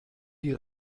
die